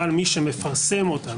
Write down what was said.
אבל מי שמפרסם אותם,